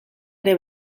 ere